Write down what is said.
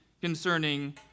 concerning